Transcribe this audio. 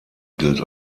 gilt